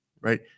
right